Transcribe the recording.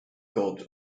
god